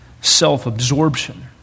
self-absorption